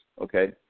okay